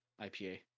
IPA